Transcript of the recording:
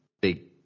big